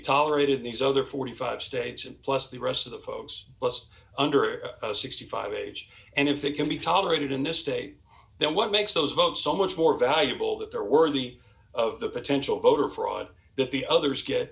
tolerated these other forty five dollars states and plus the rest of the folks less under sixty five age and if it can be tolerated in this state then what makes those votes so much more valuable that they're worthy of the potential voter fraud that the others get